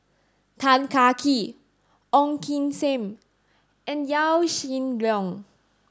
Tan Kah Kee Ong Kim Seng and Yaw Shin Leong